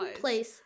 place